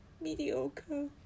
mediocre